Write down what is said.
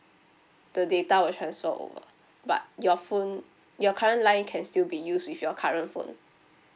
the data will transfer over but your phone your current line can still be used with your current phone